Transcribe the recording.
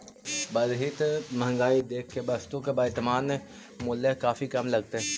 बढ़ित महंगाई देख के वस्तु के वर्तनमान मूल्य काफी कम लगतइ